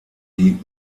die